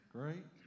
Great